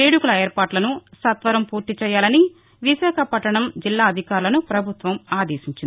వేడుకల ఏర్పాట్లను సత్వరం పూర్తిచేయాలని విశాఖపట్టణం జిల్లా అధికారులను ప్రభుత్వం ఆదేశించింది